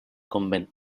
convent